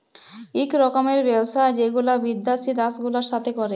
ইক রকমের ব্যবসা যেগুলা বিদ্যাসি দ্যাশ গুলার সাথে ক্যরে